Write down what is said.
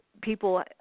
people